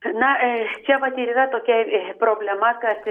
na aa čia vat ir yra tokia problema kad